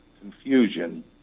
confusion